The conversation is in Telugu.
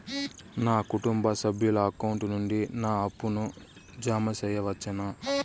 నా కుటుంబ సభ్యుల అకౌంట్ నుండి నా అప్పును జామ సెయవచ్చునా?